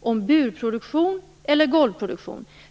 om burproduktion eller golvproduktion.